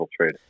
trade